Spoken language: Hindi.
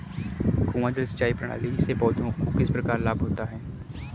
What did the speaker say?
कुआँ जल सिंचाई प्रणाली से पौधों को किस प्रकार लाभ होता है?